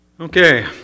Okay